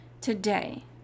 today